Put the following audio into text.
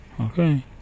Okay